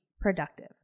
productive